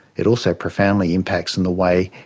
it also profoundly impacts in the way,